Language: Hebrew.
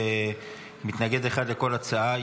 מתנגד אחד לכל הצעה,